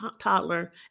toddler